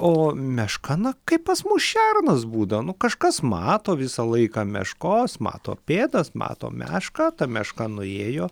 o meška na kaip pas mus šernas būdavo nu kažkas mato visą laiką meškos mato pėdas mato mešką ta meška nuėjo